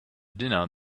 dinner